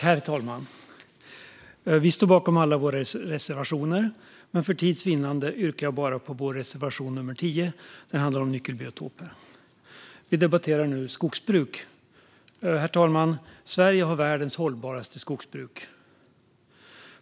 Herr talman! Vi står bakom alla våra reservationer, men för tids vinnande yrkar jag bifall bara till vår reservation nummer 10; den handlar om nyckelbiotoperna. Vi debatterar nu skogsbruk. Herr talman! Sverige har världens hållbaraste skogsbruk.